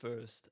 first